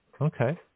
Okay